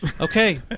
Okay